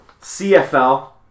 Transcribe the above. CFL